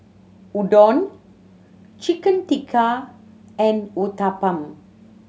Udon Chicken Tikka and Uthapam